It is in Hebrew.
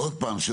עוד פעם,